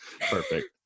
Perfect